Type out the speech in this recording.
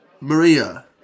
Maria